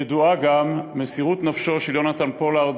ידועה גם מסירות נפשו של יונתן פולארד